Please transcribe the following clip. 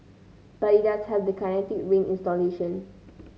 but it does have the Kinetic Rain installation